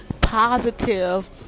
positive